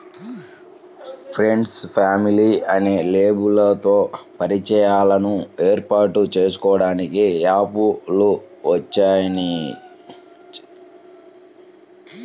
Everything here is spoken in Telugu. ఫ్రెండ్సు, ఫ్యామిలీ అనే లేబుల్లతో పరిచయాలను ఏర్పాటు చేసుకోడానికి యాప్ లు వచ్చినియ్యి